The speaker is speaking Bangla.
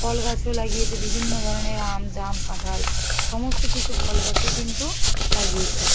ফল গাছও লাগিয়েছে বিভিন্ন ধরনের আম জাম কাঁঠাল সমস্ত কিছু ফল গাছও কিন্তু লাগিয়েছে